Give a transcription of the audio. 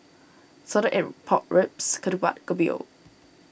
Salted Egg Pork Ribs Ketupat and Kopi O